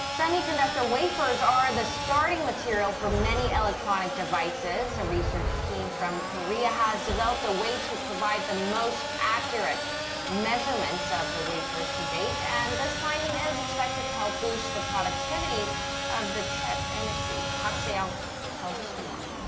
semiconductor wafers are the starting material for many electronic devices. a research team from korea has developed a way to provide the most accurate measurements of the wafers to date, and this finding is expected to help boost the productivity of the chip industry. park se-young tells us more.